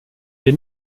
wir